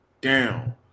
down